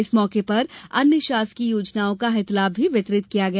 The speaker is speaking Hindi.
इस मौके पर अन्य शासकीय योजनाओं का हितलाभ भी वितरित किया गया